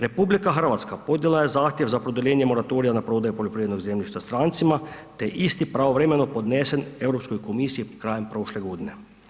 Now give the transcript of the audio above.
RH podnijela je zahtjev za produljenje moratorija na prodaju poljoprivrednog zemljišta strancima, te je isti pravovremeno podnesen Europskoj komisiji krajem prošle godine.